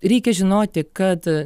reikia žinoti kad